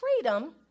freedom